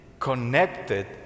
connected